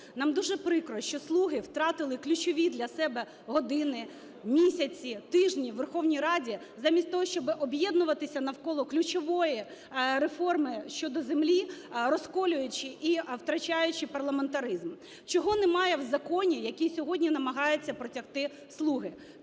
Нам дуже прикро, що "слуги" втратили ключові для себе години, місяці, тижні у Верховній Раді замість того, щоб об'єднуватися навколо ключової реформи щодо землі, розколюючи і втрачаючи парламентаризм. Чого немає в законі, який сьогодні намагаються протягти "слуги"?